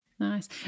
Nice